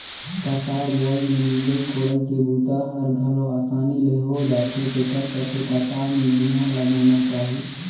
कतार बोवई में निंदई कोड़ई के बूता हर घलो असानी ले हो जाथे तेखर चलते कतार में बिहन ल बोना चाही